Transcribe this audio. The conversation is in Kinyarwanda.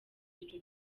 ico